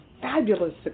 fabulous